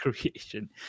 creation